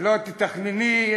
תתכנני.